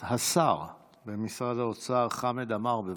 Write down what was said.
השר במשרד האוצר חמד עמאר, בבקשה.